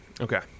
Okay